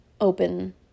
open